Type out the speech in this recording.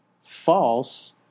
false